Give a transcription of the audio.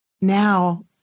now